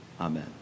Amen